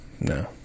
No